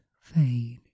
fade